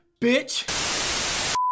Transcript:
bitch